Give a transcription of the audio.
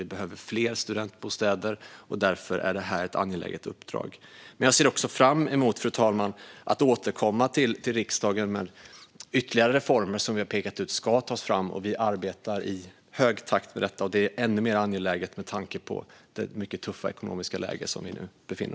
Vi behöver fler studentbostäder, och därför är detta ett angeläget uppdrag. Fru talman! Jag ser fram emot att återkomma till riksdagen med ytterligare reformer som, enligt vad vi har pekat ut, ska tas fram. Vi arbetar i hög takt med detta, och det är ännu mer angeläget med tanke på det mycket tuffa ekonomiska läge som nu råder.